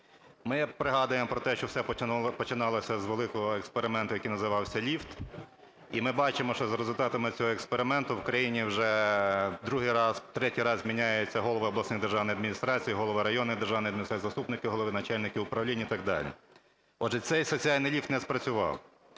Ми пригадуємо про те, що все починалося з великого експерименту, який називався ліфт, і ми бачимо, що за результатами цього експерименту в країні вже в другий, в третій раз міняються голови обласних державних адміністрацій, голови районних державних адміністрацій, заступники голів, начальники управлінь і так далі. Отже, цей соціальний ліфт не спрацював.